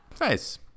Nice